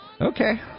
Okay